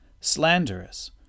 slanderous